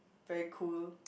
very cool